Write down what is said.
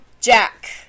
jack